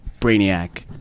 Brainiac